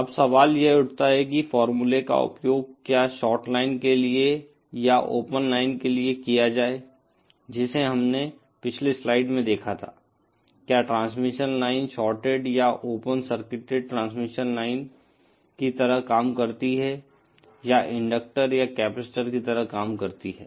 अब सवाल यह उठता है कि फॉर्मूले का उपयोग क्या शॉर्ट लाइन के लिए या ओपन लाइन के लिए किया जाए जिसे हमने पिछली स्लाइड में देखा था क्या ट्रांसमिशन लाइन शॉर्टेड या ओपन सर्किटेड ट्रांसमिशन लाइन की तरह काम करती है या इंडक्टर या कैपेसिटर की तरह काम करती है